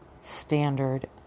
standard